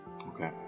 Okay